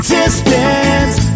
Distance